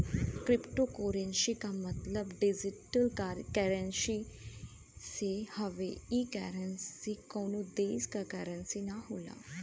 cryptocurrency क मतलब digital currency से हउवे ई करेंसी कउनो देश क करेंसी न होला